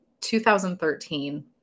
2013